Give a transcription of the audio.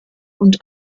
und